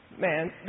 man